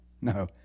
No